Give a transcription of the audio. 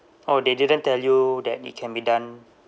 oh they didn't tell you that it can be done